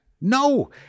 No